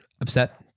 upset